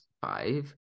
Five